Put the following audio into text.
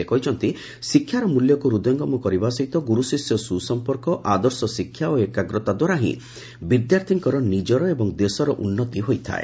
ସେ କହିଛନ୍ତି ଶିକ୍ଷାର ମିଲ୍ୟକ୍ ହୃଦୟଙ୍ଗମ କରିବା ସହିତ ଗୁରୁଶିଷ୍ୟ ସୁସମ୍ପର୍କ ଆଦର୍ଶ ଶିକ୍ଷା ଓ ଏକାଗ୍ରତା ଦ୍ୱାରା ହି ବିଦ୍ୟାର୍ଥୀଙ୍କର ନିକର ଏବଂ ଦେଶର ଉନ୍ନତି ହୋଇଥାଏ